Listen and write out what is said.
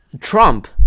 Trump